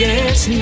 Yes